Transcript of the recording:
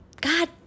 god